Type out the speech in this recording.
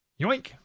yoink